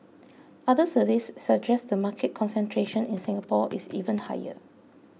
other surveys suggest the market concentration in Singapore is even higher